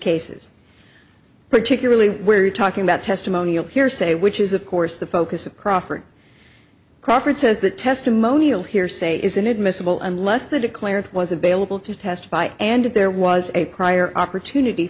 cases particularly we're talking about testimonial hearsay which is of course the focus of crawford crawford says that testimonial hearsay is inadmissible unless the declared was available to testify and there was a prior opportunity